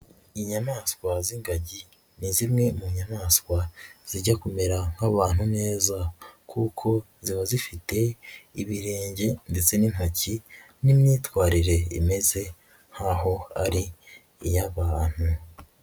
Inyamaswa z'ingagi ni zimwe mu nyamaswa zijya kumera nk'abantu neza kuko ziba zifite ibirenge ndetse n'intoki n'imyitwarire imeze nk'aho ari iy'abantu.